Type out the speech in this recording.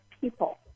people